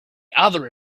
other